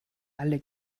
alle